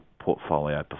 portfolio